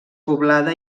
poblada